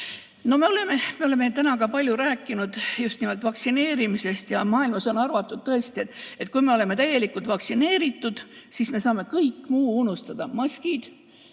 Me oleme täna palju rääkinud just nimelt vaktsineerimisest. Maailmas on arvatud, et kui me oleme täielikult vaktsineeritud, siis me saame kõik muu unustada, maskid